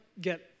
get